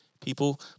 people